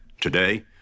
Today